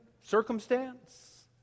circumstance